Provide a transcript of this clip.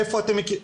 איפה אתם מכירים?